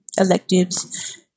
electives